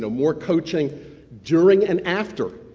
more coaching during and after